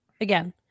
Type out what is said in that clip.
Again